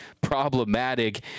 problematic